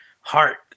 heart